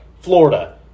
Florida